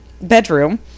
bedroom